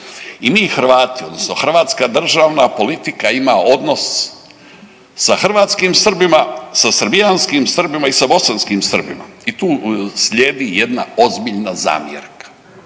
i mi Hrvati odnosno hrvatska državna politika ima odnos sa hrvatskim Srbima, sa srbijanskim Srbima i sa bosanskim Srbima i tu slijedi jedna ozbiljna zamjerka.